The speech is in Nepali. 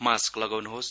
मास्क लगाउनुहोस्